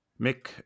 Mick